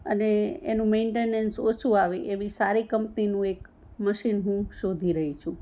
અને એનું મેન્ટેનસ ઓછું આવે એવી સારી કંપનીનું એક મશીન હું શોધી રહી છું